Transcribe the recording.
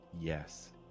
Yes